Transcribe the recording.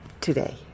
today